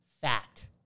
fact